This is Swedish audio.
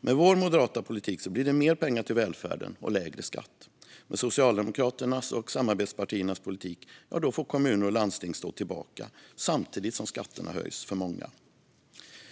Med vår moderata politik blir det mer pengar till välfärden och lägre skatt. Med Socialdemokraternas och samarbetspartiernas politik får kommuner och landsting stå tillbaka samtidigt som skatterna höjs för många.